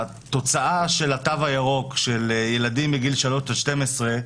התוצאה של התו הירוק, של ילדים מגיל שלוש עד 12,